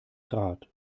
grad